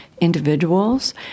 individuals